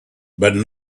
but